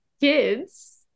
kids